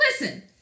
Listen